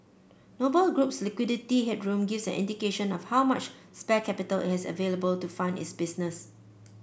Noble Group's liquidity headroom gives an indication of how much spare capital has available to fund its business